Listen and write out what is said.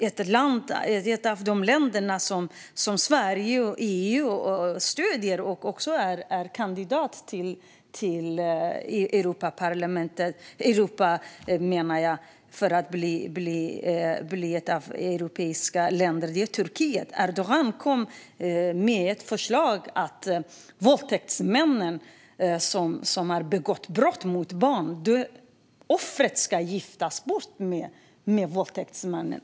Ett av de länder som Sverige och EU stöder, och som också är kandidat till att bli ett av EU:s medlemsländer, är Turkiet. Erdogan kom med ett förslag om att offret för en våldtäktsman, som har begått brott mot ett barn, ska giftas bort med våldtäktsmannen.